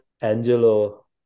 Angelo